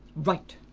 right.